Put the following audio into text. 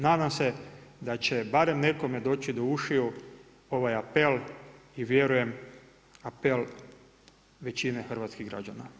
Nadam se da će barem nekome doći do ušiju ovaj apel i vjerujem apel većine hrvatskih građana.